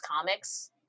Comics